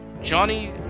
Johnny